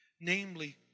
namely